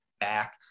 back